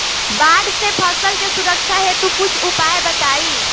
बाढ़ से फसल के सुरक्षा हेतु कुछ उपाय बताई?